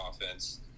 offense